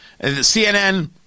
CNN